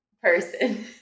person